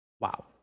Wow